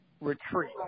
retreat